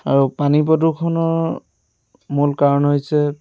আৰু পানী প্ৰদূষণৰ মূল কাৰণ হৈছে